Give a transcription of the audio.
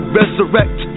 resurrect